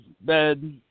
bed